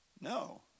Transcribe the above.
No